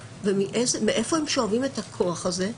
מאיפה הם שואבים את הכוח הזה?